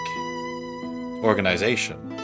organization